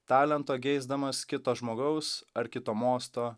talento geisdamas kito žmogaus ar kito mosto